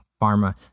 Pharma